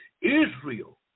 Israel